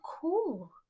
cool